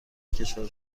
کشور